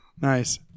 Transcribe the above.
Nice